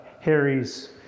Harry's